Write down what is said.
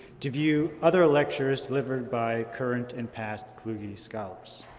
to view other lectures delivered by current and past kluge scholars.